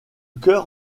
cœur